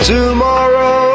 Tomorrow